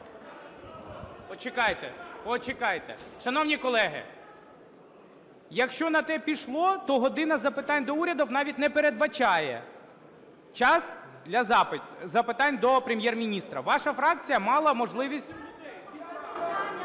Почекайте, почекайте! Шановні колеги, якщо на те пішло, то "година запитань до Уряду" навіть не передбачає час запитань до Прем'єр-міністра. Ваша фракція мала можливість…